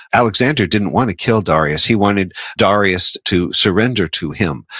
alexander didn't want to kill darius, he wanted darius to surrender to him.